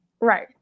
Right